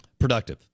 productive